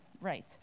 right